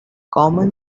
common